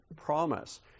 promise